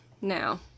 now